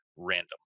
random